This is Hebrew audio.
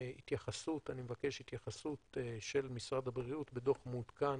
אני מבקש התייחסות של משרד הבריאות בדוח מעודכן